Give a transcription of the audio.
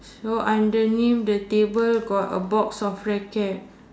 so underneath the table got a box of racket